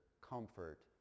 comfort